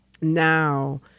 now